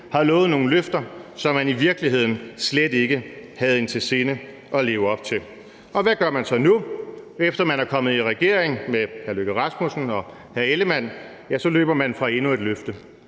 har givet nogle løfter, som man i virkeligheden slet ikke havde i sinde at leve op til. Hvad gør man så nu, efter man er kommet i regering med hr. Lars Løkke Rasmussen og hr. Jakob Ellemann-Jensen? Ja, så løber man fra endnu et løfte.